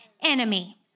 enemy